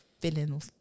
filling